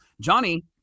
Johnny